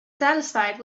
satisfied